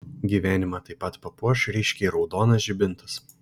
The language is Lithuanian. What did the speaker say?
gyvenimą taip pat papuoš ryškiai raudonas žibintas